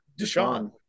Deshaun